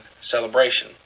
celebration